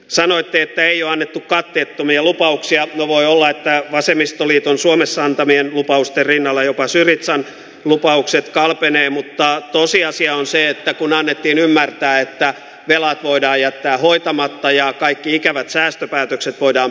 sanoitte että jo annettu katteettomia lupauksia voi olla että vasemmistoliiton suomessa antamien lupausten rinnalla jopa syrizan lupaukset kalpenee mutta tosiasia on se että kun annettiin ymmärtää että vielä voida jättää hoitamatta ja kaikki ikävät säästöpäätökset voidaan